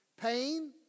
pain